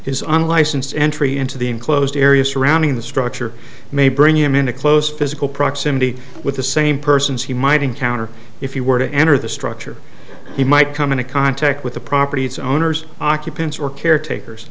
his unlicensed entry into the enclosed area surrounding the structure may bring him into close physical proximity with the same persons he might encounter if you were to enter the structure he might come into contact with the property its owner's occupants or caretakers